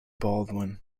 baldwin